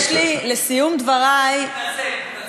יש לי, לסיום דברי, אני מתנצל, אני מתנצל.